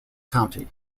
county